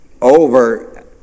over